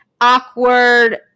awkward